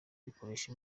bikoresha